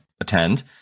attend